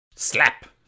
Slap